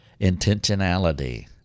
intentionality